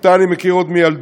שאותה אני מכיר עוד מילדות,